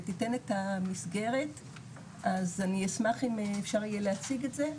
ותיתן את המסגרת אז אני אשמח אם אפשר יהיה להציג את זה.